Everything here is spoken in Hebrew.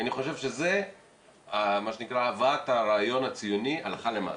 כי אני חושב שזה הבאת הרעיון הציוני הלכה למעשה.